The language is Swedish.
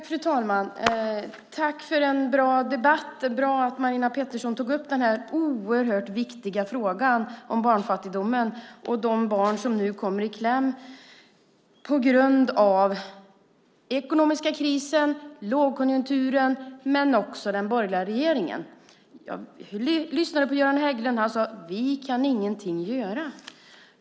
Fru talman! Tack för en bra debatt! Det är bra att Marina Pettersson tog upp den här oerhört viktiga frågan om barnfattigdomen och de barn som nu kommer i kläm på grund av den ekonomiska krisen och lågkonjunkturen men också den borgerliga regeringen. Jag lyssnade på Göran Hägglund. Han sade: Vi kan ingenting göra.